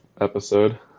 episode